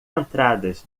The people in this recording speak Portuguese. entradas